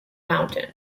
mountain